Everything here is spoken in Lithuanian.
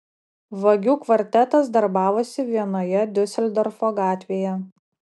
vagių kvartetas darbavosi vienoje diuseldorfo gatvėje